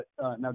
now